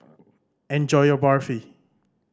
enjoy your Barfi